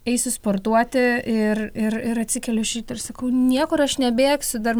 eisiu sportuoti ir ir ir atsikeliu iš ryto ir sakau niekur aš nebėgsiu dar